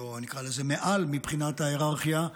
אני אקרא לזה מעל, מבחינת ההיררכיה,